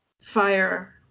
fire